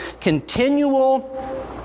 continual